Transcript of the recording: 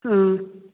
ꯎꯝ